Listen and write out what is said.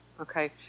Okay